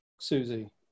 Susie